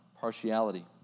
partiality